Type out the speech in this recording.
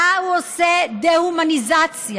שלה הוא עושה דה-הומניזציה.